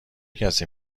کسی